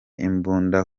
imbunda